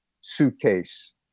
suitcase